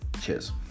Cheers